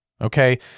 okay